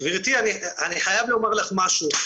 גבירתי, אני חייב לומר לך משהו.